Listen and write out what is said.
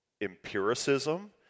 empiricism